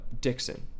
Dixon